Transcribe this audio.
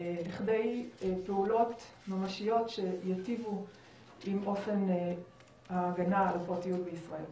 כדי פעולות ממשיות שייטיבו עם אופן ההגנה על הפרטיות בישראל.